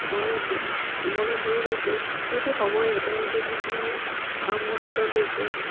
মনে মনে ধৰি লৈছে হয়তো হ'বয়ে তেওঁলোকে যি ধৰণে কামবোৰ হাতত লৈছে